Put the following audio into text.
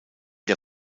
der